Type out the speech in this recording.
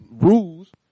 rules